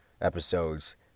episodes